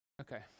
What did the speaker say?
Okay